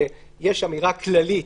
שיש אמירה כללית